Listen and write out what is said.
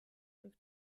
durch